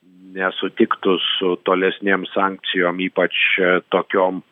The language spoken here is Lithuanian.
nesutiktų su tolesnėm sankcijom ypač tokiom